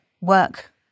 work